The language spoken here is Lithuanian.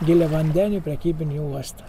giliavandenį prekybinį uostą